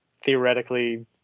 theoretically